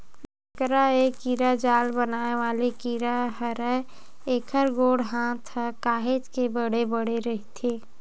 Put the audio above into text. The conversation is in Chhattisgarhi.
मेकरा ए कीरा जाल बनाय वाले कीरा हरय, एखर गोड़ हात ह काहेच के बड़े बड़े रहिथे